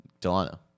Delano